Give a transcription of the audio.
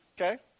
Okay